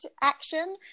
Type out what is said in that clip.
action